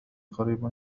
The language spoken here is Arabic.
قريب